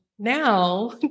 Now